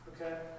Okay